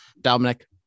dominic